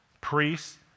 priests